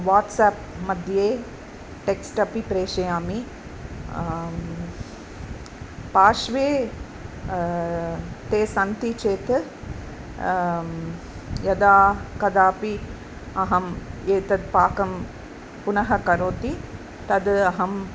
वाट्साप्मध्ये टेक्स्ट् अपि प्रेषयामि पार्श्वे ते सन्ति चेत् यदा कदापि अहम् एतत् पाकं पुनः करोमि तद् अहम्